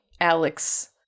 Alex